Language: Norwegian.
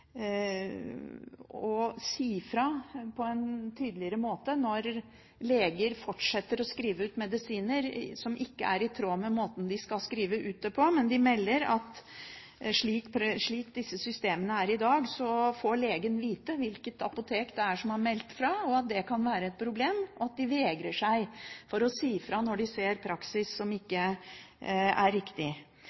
å si fra på en tydeligere måte når leger fortsetter å skrive ut medisiner som ikke er i tråd med måten de skal skrive dem ut på. Men de melder at slik disse systemene er i dag, får legen vite hvilket apotek det er som har meldt fra, at det kan være et problem, og at de vegrer seg for å si fra når de ser en praksis som ikke er riktig.